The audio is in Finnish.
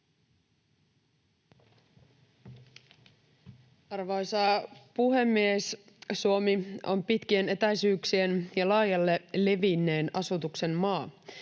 Arvoisa puhemies! Suomi on pitkien etäisyyksien ja laajalle levinneen asutuksen maa.